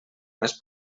més